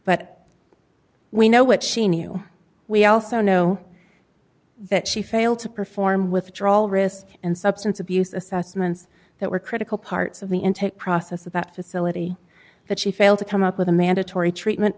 but we know what she knew we also know that she failed to perform withdrawal risk and substance abuse assessments that were critical parts of the intake process at that facility that she failed to come up with a mandatory treatment